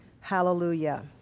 Hallelujah